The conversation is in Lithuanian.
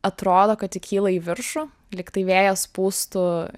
atrodo kad kyla į viršų lygtai vėjas pūstų